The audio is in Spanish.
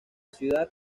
ciudad